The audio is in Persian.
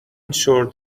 شورت